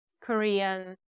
Korean